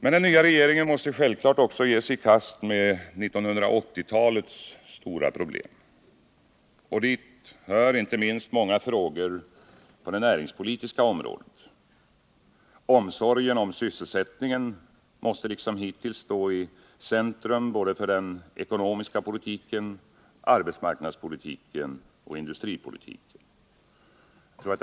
Men den nya regeringen måste självfallet också ge sig i kast med 1980-talets stora problem. Dit hör inte minst många frågor på det näringspolitiska området. Omsorgen om sysselsättningen måste liksom hittills stå i centrum för den ekonomiska politiken, arbetsmarknadspolitiken och industripolitiken.